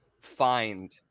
find